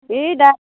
होय दा